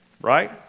Right